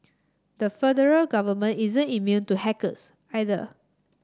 the federal government isn't immune to hackers either